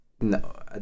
No